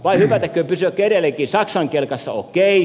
vai pysyäkö edelleenkin saksan kelkassa okei